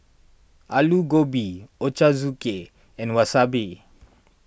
Alu Gobi Ochazuke and Wasabi